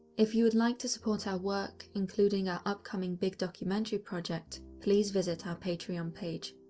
if you would like to support our work, including our upcoming big documentary project, please visit our patreon page.